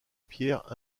pierres